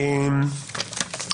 התשפ"ב-2022.